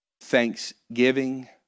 Thanksgiving